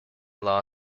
law